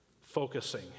focusing